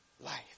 life